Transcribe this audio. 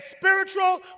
spiritual